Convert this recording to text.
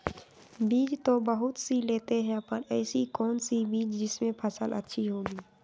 बीज तो बहुत सी लेते हैं पर ऐसी कौन सी बिज जिससे फसल अच्छी होगी?